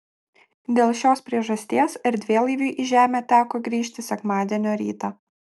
dėl šios priežasties erdvėlaiviui į žemę teko grįžti sekmadienio rytą